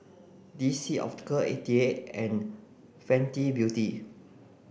D C Optical eighty eight and Fenty Beauty